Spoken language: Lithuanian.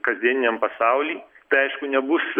kasdieniniam pasauly aišku nebus